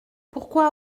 pourquoi